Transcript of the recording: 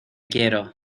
quiero